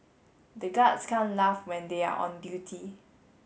the guards can't laugh when they are on duty